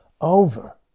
over